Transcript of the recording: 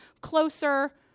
closer